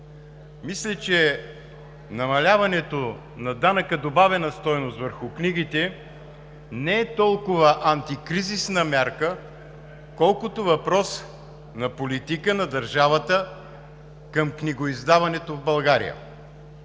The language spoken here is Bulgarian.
Мисля, че намаляването на данъка добавена стойност върху книгите не е толкова антикризисна мярка, колкото въпрос на политика на държавата към книгоиздаването в България.